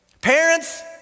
Parents